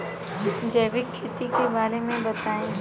जैविक खेती के बारे में बताइ